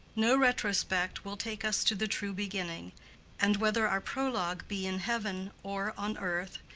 no retrospect will take us to the true beginning and whether our prologue be in heaven or on earth,